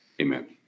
Amen